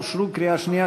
אושרו בקריאה שנייה,